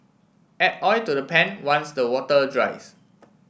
add oil to the pan once the water dries